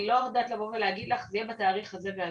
אני לא יודעת לבוא ולהגיד לך זה יהיה בתאריך הזה והזה.